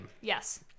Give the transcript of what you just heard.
Yes